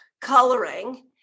coloring